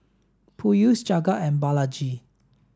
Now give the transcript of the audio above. Peyush Jagat and Balaji